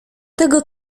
tego